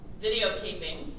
videotaping